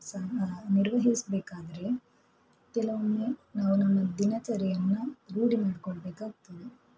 ಸಹ ನಿರ್ವಹಿಸಬೇಕಾದ್ರೆ ಕೆಲವೊಮ್ಮೆ ನಾವು ನಮ್ಮ ದಿನಚರಿಯನ್ನು ರೂಢಿ ಮಾಡಿಕೊಳ್ಬೇಕಾಗ್ತದೆ